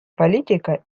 политика